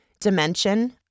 dimension